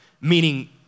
Meaning